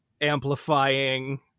amplifying